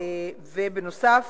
בנוסף,